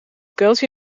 kuiltje